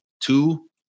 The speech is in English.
two